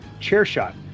CHAIRSHOT